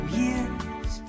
years